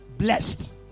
blessed